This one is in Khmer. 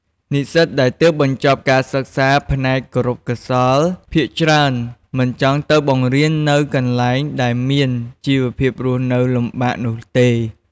និស្សិតដែលទើបបញ្ចប់ការសិក្សាផ្នែកគរុកោសល្យភាគច្រើន មិនចង់ទៅបង្រៀននៅកន្លែងដែលមានជីវភាពរស់នៅលំបាកនោះទេ។